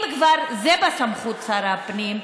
אם כבר, זה בסמכות שר הפנים.